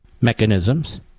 mechanisms